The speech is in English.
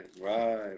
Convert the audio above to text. right